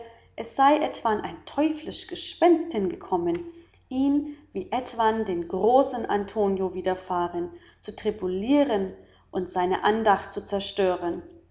es sei etwan ein teuflisch gespenst hinkommen ihn wie etwan dem großen antonio widerfahren zu tribulieren und seine andacht zu zerstören